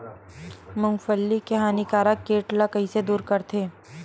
मूंगफली के हानिकारक कीट ला कइसे दूर करथे?